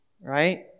Right